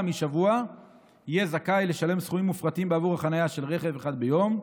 משבוע יהיה זכאי לשלם סכומים מופחתים בעבור החניה של רכב אחד ביום.